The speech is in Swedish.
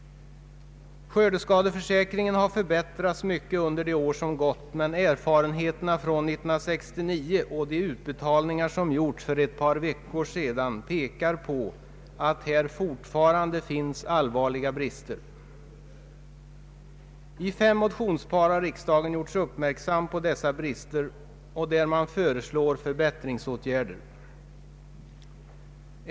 Skördeskadeförsäkringen har förbättrats mycket under de år som gått, men erfarenheterna från 1969 och de utbetalningar som gjorts för ett par veckor sedan pekar på att här fortfarande finns allvarliga brister. I fem motionspar har man gjort riksdagen uppmärksam på dessa brister och föreslagit förbättringsåtgärder.